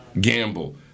Gamble